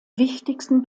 wichtigsten